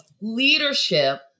leadership